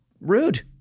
rude